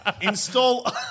Install